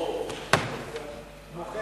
ההצעה להעביר את הצעת חוק חוזה הביטוח (תיקון מס' 4) (ריבית מיוחדת),